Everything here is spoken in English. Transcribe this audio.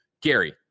gary